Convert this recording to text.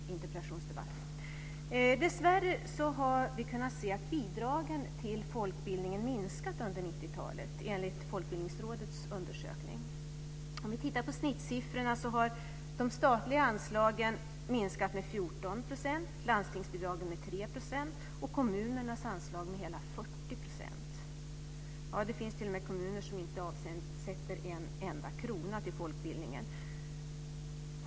Dessvärre har vi kunnat se att bidragen till folkbildningen enligt Folkbildningsrådets undersökning minskat under 90-talet. Om vi tittar på snittsiffrorna har de statliga anslagen minskat med 14 %, landstingsbidragen med 3 % och kommunernas anslag med hela 40 %. Det finns t.o.m. kommuner som inte avsätter en enda krona till folkbildningen.